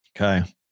Okay